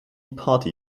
party